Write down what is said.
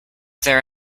there